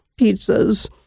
pizzas